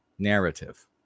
narrative